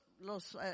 los